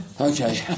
Okay